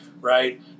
right